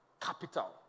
capital